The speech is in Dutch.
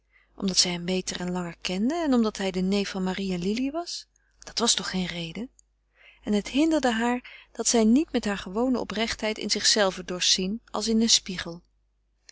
omdat zij hem beter en langer kende en omdat hij de neef van marie en lili was dit was toch geen reden en het hinderde haar dat zij niet met haar gewone oprechtheid in zichzelve dorst zien als in een spiegel